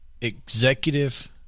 executive